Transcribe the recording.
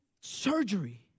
surgery